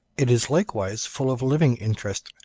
it is likewise full of living interest,